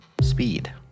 Speed